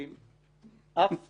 הבריטים לא תלו אף